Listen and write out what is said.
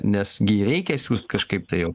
nes gi reikia siųst kažkaip tai jau